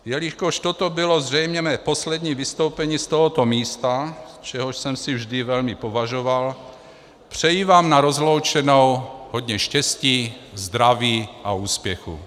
Jelikož toto bylo zřejmě mé poslední vystoupení z tohoto místa, čehož jsem si vždy velmi považoval, přeji vám na rozloučenou hodně štěstí, zdraví a úspěchů.